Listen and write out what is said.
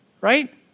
right